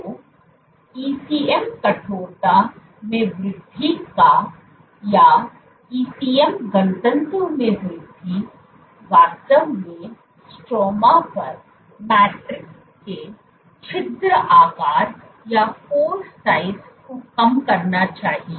तो ईसीएम कठोरता में वृद्धि या ईसीएम घनत्व में वृद्धि वास्तव में स्ट्रोमा पर मैट्रिक्स के छिद्र आकार को कम करना चाहिए